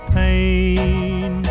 pain